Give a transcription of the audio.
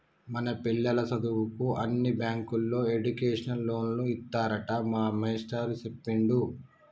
మన పిల్లల సదువుకు అన్ని బ్యాంకుల్లో ఎడ్యుకేషన్ లోన్లు ఇత్తారట మా మేస్టారు సెప్పిండు